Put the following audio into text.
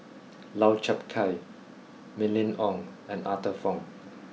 Lau Chiap Khai Mylene Ong and Arthur Fong